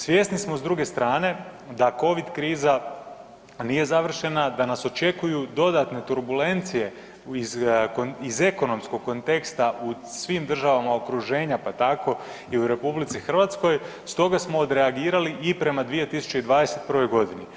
Svjesni smo s druge strane da COVID kriza nije završena, da nas očekuju dodatne turbulencije iz ekonomskog konteksta u svim državama okruženja pa tako i u RH, stoga smo odreagirali i prema 2021. godini.